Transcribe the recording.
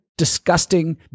disgusting